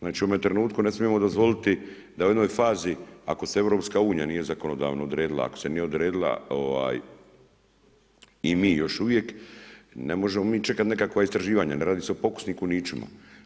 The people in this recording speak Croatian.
Znači u … trenutku ne smijemo dozvoliti da u jednoj fazi ako se EU nije zakonodavno odredila, ako se nije odredila i mi još uvijek, ne možemo mi čekati nekakva istraživanja, ne radi se o pokusnim kunićima.